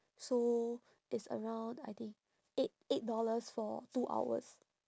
so it's around I think eight eight dollars for two hours